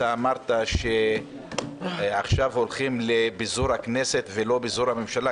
אמרת שעכשיו הולכים לפיזור הכנסת ולא פיזור הממשלה,